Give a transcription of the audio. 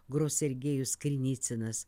gros sergejus krinicinas